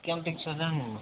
କେମତି କିସ ଜାଣିନି